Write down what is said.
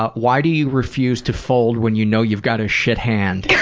ah why do you refuse to fold when you know you've got a shit hand?